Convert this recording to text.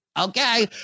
okay